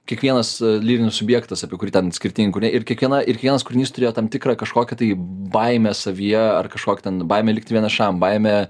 kiekvienas a lyrinis subjektas apie kurį ten skirtin ku ne ir kiekvieną ir kiekvienas kūrinys turėjo tam tikrą kažkokią baimę savyje ar kažkokį ten baimė likti vienišam baimė